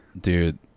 dude